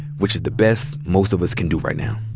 which is the best most of us can do right now.